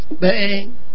Bang